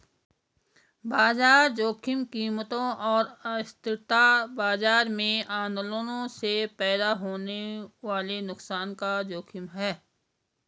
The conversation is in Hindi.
बाजार जोखिम कीमतों और अस्थिरता बाजार में आंदोलनों से पैदा होने वाले नुकसान का जोखिम है